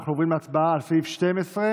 אנחנו עוברים להצבעה על הסתייגות לחלופין ח'.